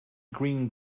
green